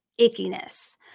ickiness